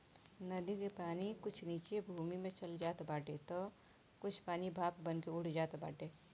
नदी के पानी कुछ नीचे भूमि में चल जात बाटे तअ कुछ पानी भाप बनके उड़ जात बाटे